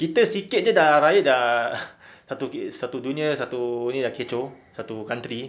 kita sikit jer dah riot dah satu satu dunia satu ni dah kecoh satu country